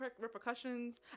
repercussions